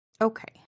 Okay